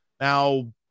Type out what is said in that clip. Now